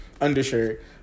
undershirt